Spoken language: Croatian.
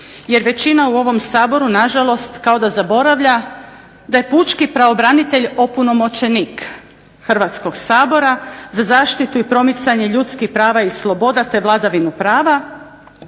jer većina u ovom Saboru na žalost kao da zaboravlja da je pučki pravobranitelj opunomoćenik Hrvatskog sabora za zaštitu i promicanje ljudskih prava i sloboda, te vladavinu prava